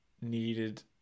needed